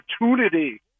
opportunity